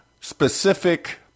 specific